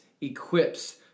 equips